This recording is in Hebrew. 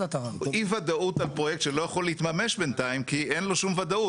אי ודאות על פרויקט שלא יכול להתממש בינתיים כי אין לו שום ודאות.